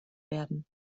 werden